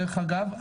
דרך אגב,